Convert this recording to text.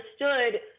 understood